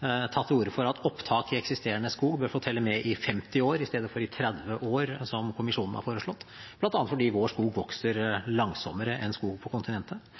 tatt til orde for at opptak i eksisterende skog bør får telle med i 50 år i stedet for i 30 år, som kommisjonen har foreslått, bl.a. fordi vår skog vokser langsommere enn skog på kontinentet.